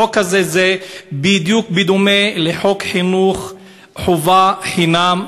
החוק הזה דומה בדיוק לחוק חינוך חובה חינם,